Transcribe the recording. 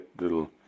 little